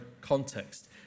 context